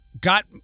Got